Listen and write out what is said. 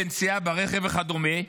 בנסיעה ברכב וכדומה,